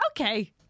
Okay